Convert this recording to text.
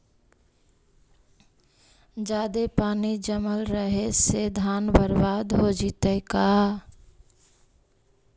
जादे पानी जमल रहे से धान बर्बाद हो जितै का?